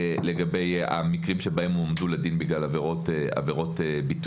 לגבי המקרים שבהם הועמדו לדין בגלל עבירות ביטוי.